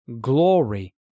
glory